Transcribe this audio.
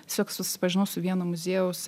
tiesiog susipažinau su vieno muziejaus